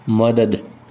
મદદ